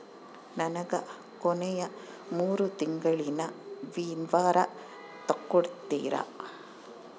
ನನಗ ಕೊನೆಯ ಮೂರು ತಿಂಗಳಿನ ವಿವರ ತಕ್ಕೊಡ್ತೇರಾ?